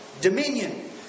dominion